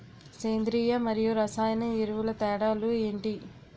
సేంద్రీయ మరియు రసాయన ఎరువుల తేడా లు ఏంటి?